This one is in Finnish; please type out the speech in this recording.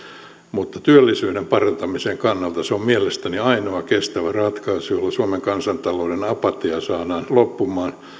mutta työllisyyden parantamisen kannalta se on mielestäni ainoa kestävä ratkaisu jolla suomen kansantalouden apatia saadaan loppumaan